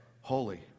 Holy